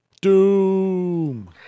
Doom